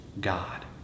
God